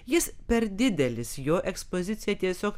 jis per didelis jo ekspozicija tiesiog